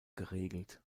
geregelt